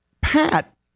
Pat